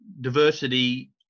diversity